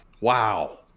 Wow